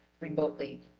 remotely